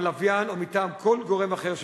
מטעם הלוויין או מטעם כל גורם אחר שמשדר.